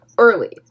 Early